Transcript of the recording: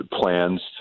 plans